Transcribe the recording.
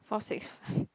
four six